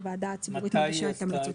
שהוועדה הציבורית מגישה את המלצותיה.